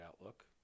outlook